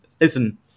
Listen